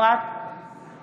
נגד ג'ידא רינאוי זועבי,